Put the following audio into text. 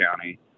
county